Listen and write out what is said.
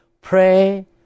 Pray